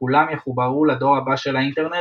וכולם יחוברו לדור הבא של האינטרנט